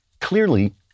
Clearly